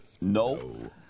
no